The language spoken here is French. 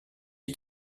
est